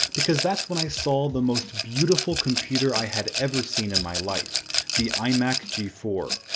because that's when i saw the most beautiful computer i had ever seen in my life the imac g four.